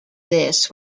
this